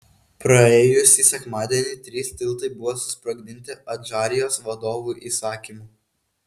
praėjusį sekmadienį trys tiltai buvo susprogdinti adžarijos vadovų įsakymu